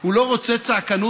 הוא לא רוצה צעקנות,